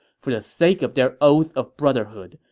for the sake of their oath of brotherhood,